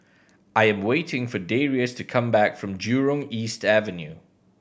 I am waiting for Darius to come back from Jurong East Avenue